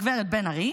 הגב' בן ארי,